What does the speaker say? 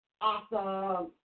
Awesome